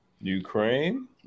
Ukraine